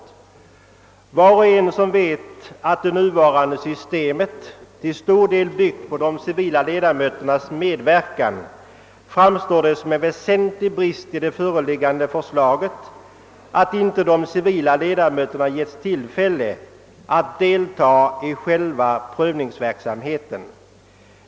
För var och en som vet att det nuvarande systemet till stor del bygger på de civila ledamöternas medverkan framstår det som en väsentlig brist i det föreliggande förslaget, att inte de civila ledamöterna ges tillfälle att delta i själva prövningsverksamheten.